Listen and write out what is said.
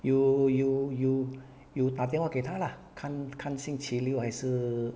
you you you you 打电话给她啦看看星期六还是